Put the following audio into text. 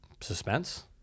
Suspense